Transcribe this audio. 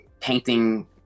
painting